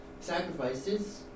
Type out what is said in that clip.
Sacrifices